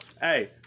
hey